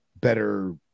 better